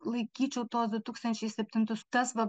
laikyčiau tuos du tūkstančiai septintus tas va